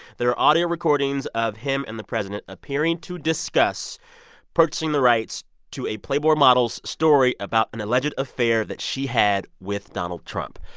there are audio recordings of him and the president appearing to discuss purchasing the rights to a playboy model's story about an alleged affair that she had with donald trump.